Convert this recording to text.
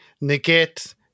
negate